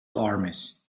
armies